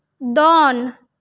ᱫᱚᱱ